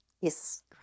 Yes